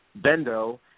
Bendo